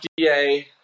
FDA